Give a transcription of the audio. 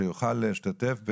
שיוכל להשתתף,